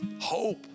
hope